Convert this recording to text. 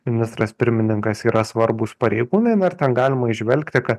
ministras pirmininkas yra svarbūs pareigūnai na ir ten galima įžvelgti kad